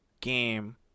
game